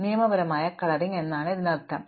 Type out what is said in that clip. നിയമപരമായ കളറിംഗ് എന്നാണ് ഇതിനർത്ഥം